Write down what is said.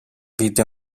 vide